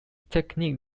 technique